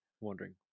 wondering